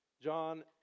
John